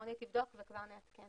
רני תבדוק ונעדכן.